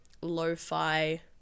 lo-fi